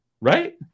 right